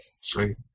Sweet